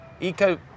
eco-